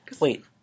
Wait